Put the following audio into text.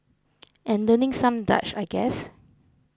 and learning some Dutch I guess